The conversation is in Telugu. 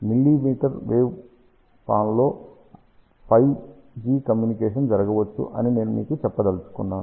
మిల్లీమీటర్ వేవ్ పాన్ లో 5 G కమ్యూనికేషన్ జరగవచ్చు అని నేను చెప్పదలచుకున్నాను